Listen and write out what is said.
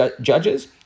judges